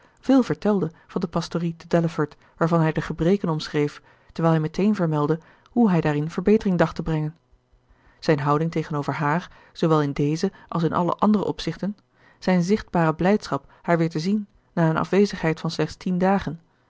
veel vertelde van de pastorie te delaford waarvan hij de gebreken omschreef terwijl hij meteen vermeldde hoe hij daarin verbetering dacht te brengen zijn houding tegenover haar zoowel in dezen als in alle andere opzichten zijn zichtbare blijdschap haar weer te zien na een afwezigheid van slechts tien dagen